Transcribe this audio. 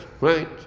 right